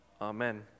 Amen